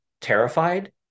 terrified